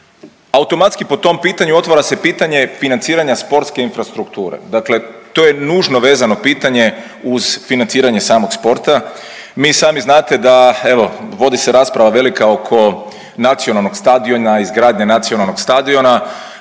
Automatski po tom pitanju otvara se pitanje financiranja sportske infrastrukture, dakle to je nužno vezano pitanje uz financiranje samog sporta. Vi sami znate da evo vodi se rasprava velika oko nacionalnog stadiona izgradnje nacionalnog stadiona,